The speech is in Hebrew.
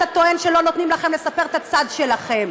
אתה טוען שלא נותנים לכם לספר את הצד שלכם.